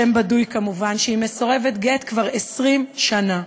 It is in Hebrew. שם בדוי כמובן, שהיא מסורבת גט כבר 20 שנה.